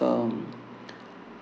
um